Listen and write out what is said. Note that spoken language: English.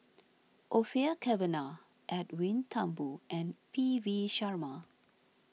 Orfeur Cavenagh Edwin Thumboo and P V Sharma